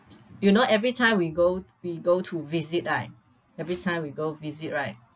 you know everytime we go we go to visit right everytime we go visit right